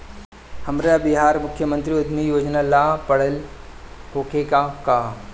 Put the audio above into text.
हमरा बिहार मुख्यमंत्री उद्यमी योजना ला पढ़ल होखे के होई का?